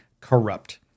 corrupt